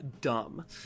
dumb